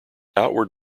outward